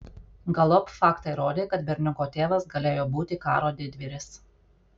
galop faktai rodė kad berniuko tėvas galėjo būti karo didvyris